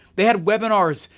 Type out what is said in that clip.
they had webinars,